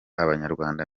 abanyarwanda